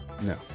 No